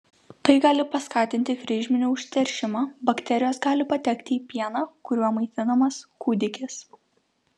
tai gali paskatinti kryžminį užteršimą bakterijos gali patekti į pieną kuriuo maitinamas kūdikis